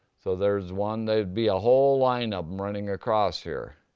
so there's one, there'd be a whole line of them running across here.